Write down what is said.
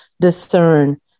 discern